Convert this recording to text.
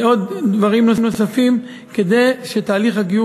מביאים לדברים נוספים כדי שתהליך הגיור